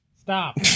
Stop